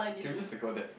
can we just circle that